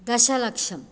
दशलक्षं